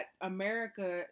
America